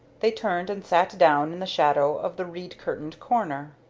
they turned and sat down in the shadow of the reed-curtained corner.